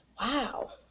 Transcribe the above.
Wow